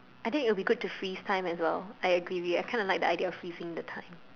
I think it would be good to freeze time as well I agree I kinda like the idea of freezing the time